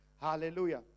hallelujah